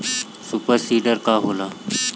Super seeder का होला?